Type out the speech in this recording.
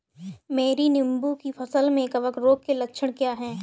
मेरी नींबू की फसल में कवक रोग के लक्षण क्या है?